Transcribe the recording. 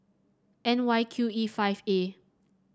N Y Q E five A